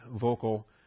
vocal